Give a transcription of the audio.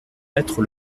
mettre